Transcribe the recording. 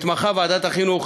מתמחה בוועדת החינוך,